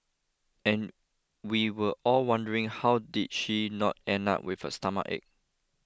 and we were all wondering how did she not end up with a stomachache